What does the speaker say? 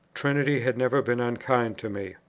trinity had never been unkind to me.